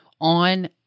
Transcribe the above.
on